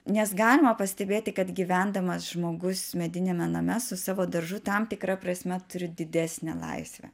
nes galima pastebėti kad gyvendamas žmogus mediniame name su savo daržu tam tikra prasme turi didesnę laisvę